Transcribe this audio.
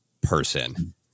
person